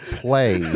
play